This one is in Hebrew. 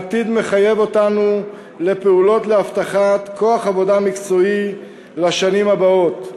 העתיד מחייב אותנו לפעולות להבטחת כוח עבודה מקצועי לשנים הבאות.